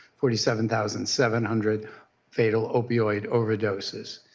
forty seven thousand seven hundred fatal opioid overdoses.